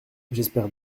j’espère